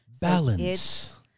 balance